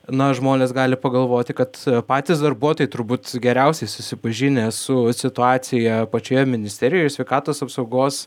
na žmonės gali pagalvoti kad patys darbuotojai turbūt geriausiai susipažinę su situacija pačioje ministerijoje sveikatos apsaugos